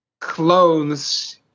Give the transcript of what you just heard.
clothes